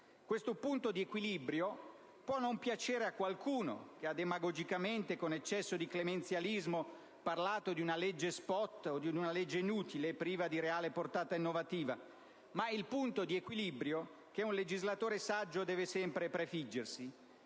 Questo punto di equilibrio può non piacere a qualcuno che ha demagogicamente, con eccesso di clemenzialismo, parlato di una legge *spot*, o di una legge inutile, priva di reale portata innovativa, ma il punto di equilibrio che un legislatore saggio deve sempre prefiggersi